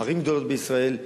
ערים גדולות בישראל,